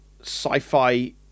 sci-fi